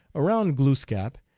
around glooskap,